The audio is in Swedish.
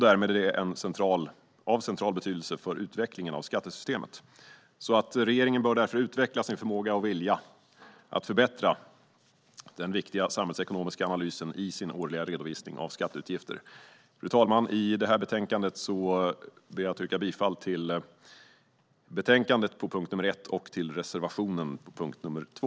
Därmed är det av central betydelse för utvecklingen av skattesystemet. Regeringen bör därför utveckla sin förmåga och vilja att förbättra den viktiga samhällsekonomiska analysen i sin årliga redovisning av skatteutgifter. Fru talman! Jag yrkar bifall till utskottets förslag under punkt 1 och till reservation 2 under punkt 2.